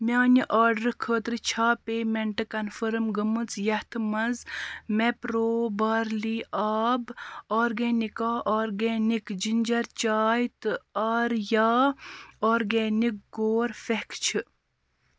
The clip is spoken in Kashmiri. میٛانہِ آرڈرٕ خٲطرٕ چھا پیمٮ۪نٛٹ کنفٔرٕم گٔمٕژ یَتھٕ منٛز میپرٛو بارلی آب آرگینِکا آرگینِک جِنجر چاے تہٕ آریا آرگینِک گور پھٮ۪کھ چھِ